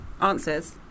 Answers